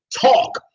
Talk